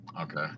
Okay